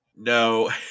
No